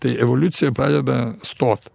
tai evoliucija pradeda stot